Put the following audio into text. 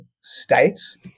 states